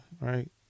right